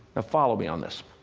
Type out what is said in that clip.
follow me on this.